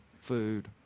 food